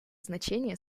значение